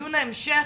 ובדיון ההמשך,